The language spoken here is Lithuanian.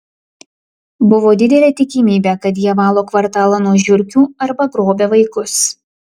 buvo didelė tikimybė kad jie valo kvartalą nuo žiurkių arba grobia vaikus